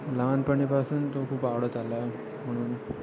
लहानपणीपासून तो खूप आवडत आला आहे म्हणून